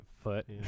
foot